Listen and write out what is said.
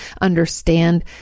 understand